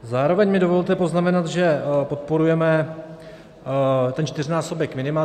Zároveň mi dovolte poznamenat, že podporujeme ten čtyřnásobek minima.